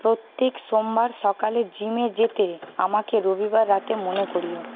প্রত্যেক সোমবার সকালে জীমে যেতে আমাকে রবিবার রাতে মনে করিও